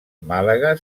màlaga